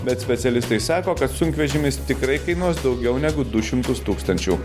bet specialistai sako kad sunkvežimis tikrai kainuos daugiau negu du šimtus tūkstančių